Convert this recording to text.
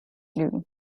lügen